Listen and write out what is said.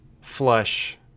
flush